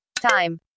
Time